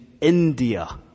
India